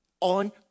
on